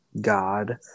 God